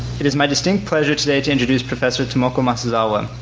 it is my distinct pleasure today to introduce professor tomoko masuzawa.